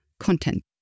Content